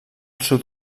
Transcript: sud